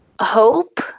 hope